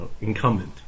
incumbent